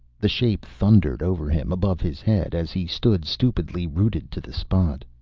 the shape thundered over him, above his head, as he stood stupidly, rooted to the spot.